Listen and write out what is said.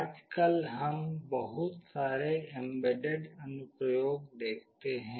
आजकल हम बहुत सारे एंबेडेड अनुप्रयोग देखते हैं